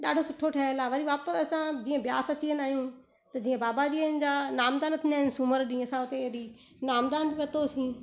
ॾाढो सुठो ठहियलु आहे वरी वापसि असां जीअं ब्यास अची नाहियूं त जीअं बाबा जी अन जा नामदान रखंदा आहिनि सूमरु ॾींहुं असां हुते हेॾी नामदान वरितोसीं